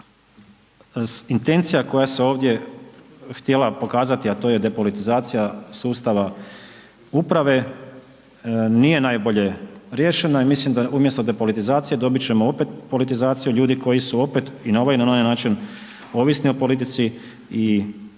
intencija koja se ovdje htjela pokazati, a to je depolitizacija sustava uprave, nije najbolje riješena i mislim da, umjesto depolitizacije dobit ćemo opet politizaciju ljudi koji su opet i na ovaj ili na onaj način ovisni o politici i vezani